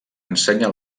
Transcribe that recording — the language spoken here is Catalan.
ensenya